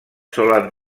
solen